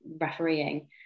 refereeing